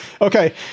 Okay